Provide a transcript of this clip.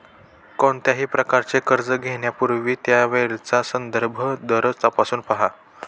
कोणत्याही प्रकारचे कर्ज घेण्यापूर्वी त्यावेळचा संदर्भ दर तपासून पहा